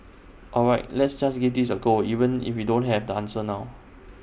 all right let's just give this A go even if we don't have the answer now